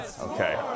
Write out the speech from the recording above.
Okay